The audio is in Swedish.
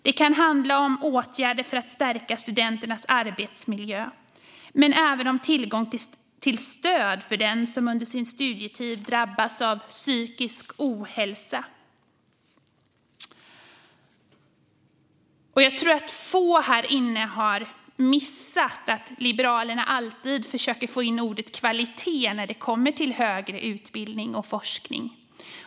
Det kan handla om åtgärder för att stärka studenternas arbetsmiljö men även om tillgång till stöd för den som under sin studietid drabbas av psykisk ohälsa. Jag tror att få här inne har missat att Liberalerna alltid försöker få in ordet kvalitet när det kommer till högre utbildning och forskning.